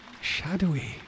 Shadowy